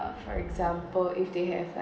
uh for example if they have like